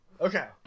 Okay